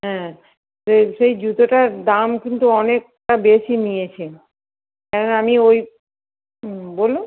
হ্যাঁ সেই জুতোটার দাম কিন্তু অনেকটা বেশি নিয়েছেন কারণ আমি ওই হুম বলুন